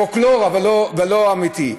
שזה פולקלור, לא אמיתי.